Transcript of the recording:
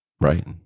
Right